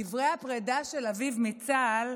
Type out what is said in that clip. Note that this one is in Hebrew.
בדברי הפרידה של אביב מצה"ל